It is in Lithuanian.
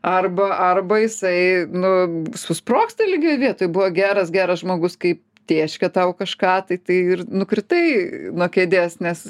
arba arba jisai nu susprogsta lygioj vietoj buvo geras geras žmogus kaip tėškė tau kažką tai tai ir nukritai nuo kėdės nes